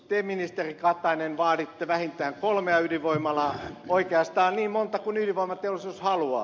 te ministeri katainen vaaditte vähintään kolmea ydinvoimalaa oikeastaan niin monta kuin ydinvoimateollisuus haluaa